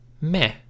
Meh